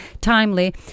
timely